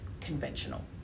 conventional